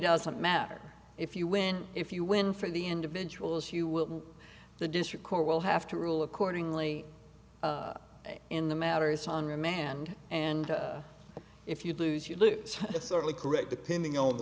doesn't matter if you win if you win for the individuals you will the district court will have to rule accordingly in the matter is on remand and if you lose you lose it's only correct depending on the